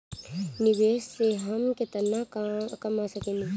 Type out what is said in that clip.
निवेश से हम केतना कमा सकेनी?